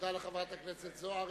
תודה לחברת הכנסת זוארץ.